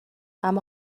اما